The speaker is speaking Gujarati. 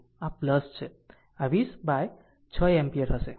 તો આ છે આ 20 બાય 6 એમ્પીયર હશે